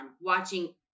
watching